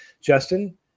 Justin